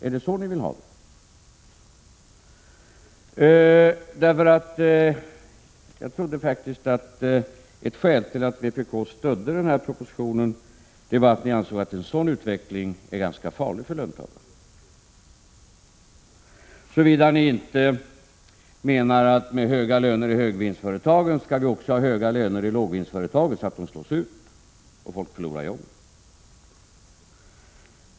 Är det så ni vill ha det? Jag trodde faktiskt att ett skäl till att vpk stödde den här propositionen var att ni ansåg att en sådan utveckling är ganska farlig för löntagarna — såvida ni inte menar att med höga löner i högvinstföretagen skall vi också ha höga löner i lågvinstföretagen, så att de slås ut och folk förlorar jobben.